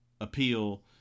appeal